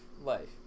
Life